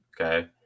Okay